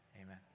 Amen